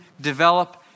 develop